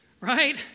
right